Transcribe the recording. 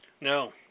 No